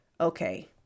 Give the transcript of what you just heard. okay